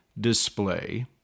display